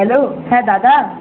hello হ্যাঁ দাদা